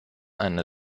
eine